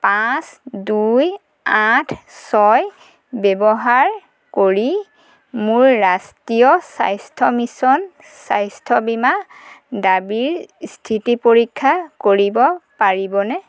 পাঁচ দুই আঠ ছয় ব্যৱহাৰ কৰি মোৰ ৰাষ্ট্ৰীয় স্বাস্থ্য মিছন স্বাস্থ্য বীমা দাবীৰ স্থিতি পৰীক্ষা কৰিব পাৰিবনে